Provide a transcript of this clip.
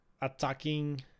attacking